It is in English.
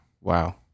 wow